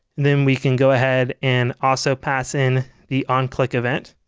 then we can go ahead and also pass in the onclick event.